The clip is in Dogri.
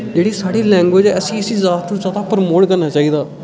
जेह्ड़ी साढ़ी लैंग्विज ऐ असें इसी ज्यादा तू ज्यादा प्रमोट करना चाहिदा